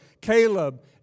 Caleb